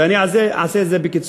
ואני אעשה את זה בקיצור,